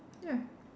ya